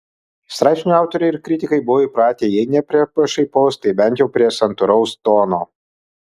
straipsnių autoriai ir kritikai buvo įpratę jei ne prie pašaipaus tai bent jau prie santūraus tono